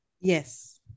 Yes